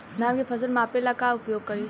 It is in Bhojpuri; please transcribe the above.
धान के फ़सल मापे ला का उपयोग करी?